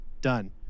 Done